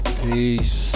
peace